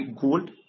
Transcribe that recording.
gold